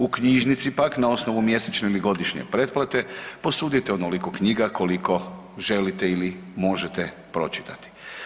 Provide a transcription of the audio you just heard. U knjižnici pak na osnovu mjesečne ili godišnje pretplate posudite onoliko knjiga koliko želite ili možete pročitati.